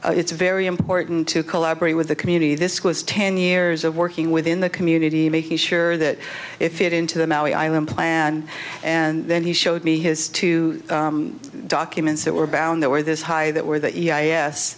that it's very important to collaborate with the community this was ten years of working within the community making sure that if it into the maui island plan and then he showed me his two documents that were bound that were this high that were the e